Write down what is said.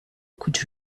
could